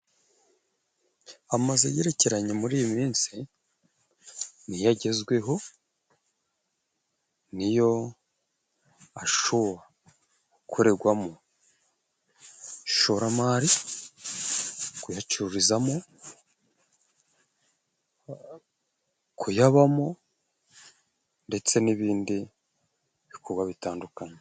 Amazu agerekeranye muri iyi minsi, ni yo agezweho, ni yo ashobora gukorerwamo ishoramari, kuyacururizamo, kuyabamo ndetse n'ibindi bikorwa bitandukanye.